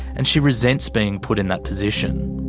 and she resents being put in that position.